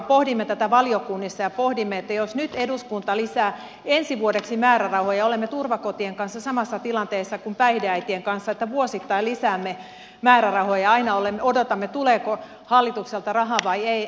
pohdimme tätä valiokunnissa ja pohdimme että jos nyt eduskunta lisää ensi vuodeksi määrärahoja olemme turvakotien kanssa samassa tilanteessa kuin päihdeäitien kanssa että vuosittain lisäämme määrärahoja ja aina odotamme tuleeko hallitukselta rahaa vai ei